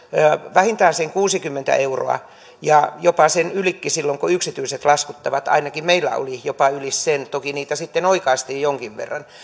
vähintään sen kuusikymmentä euroa ja jopa sen ylikin silloin kun yksityiset laskuttavat ainakin meillä oli jopa yli sen toki niitä sitten oikaistiin jonkin verran